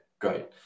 great